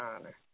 honor